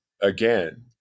Again